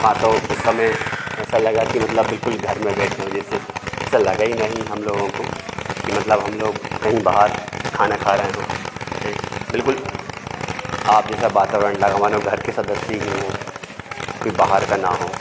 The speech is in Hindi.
हाँ तो उस समय ऐसा लगा कि मतलब बिल्कुल घर में बैठे हों जैसे सा लगा ही नहीं हम लोगों को कि मतलब हम लोग कहीं बाहर खाना खा रहें हों हैं बिल्कुल आप जैसा वातावरण लगा मानो घर के सदस्य ही हों कोई बाहर का ना हो